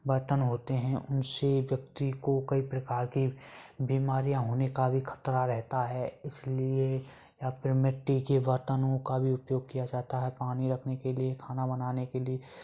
बर्तन होते हैं उनसे व्यक्ति को कई प्रकार की बीमारियाँ होने का भी खतरा रहता है इसलिए मिट्टी के बर्तनों का भी उपयोग किया जाता है पानी रखने के लिए खाना बनाने के लिए